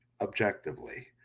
objectively